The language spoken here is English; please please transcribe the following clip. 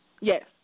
Yes